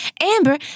Amber